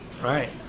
Right